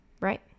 right